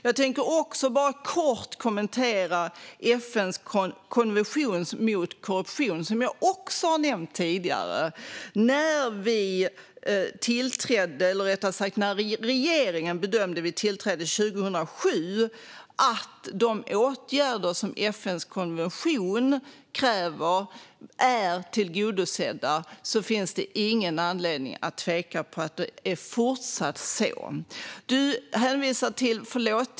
Jag tänker också kort kommentera FN:s konvention mot korruption, som jag också har nämnt tidigare. När regeringen tillträdde bedömde vi 2007 att de åtgärder som FN:s konvention kräver var tillgodosedda. Därför finns det ingen anledning att tveka när det gäller att det fortsatt är så.